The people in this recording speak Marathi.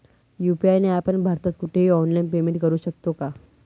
यू.पी.आय ने आपण भारतात कुठेही ऑनलाईन पेमेंट करु शकतो का?